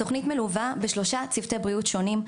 התוכנית מלווה בשלושה צוותי בריאות שונים,